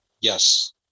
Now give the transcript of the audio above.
Yes